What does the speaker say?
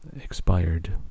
expired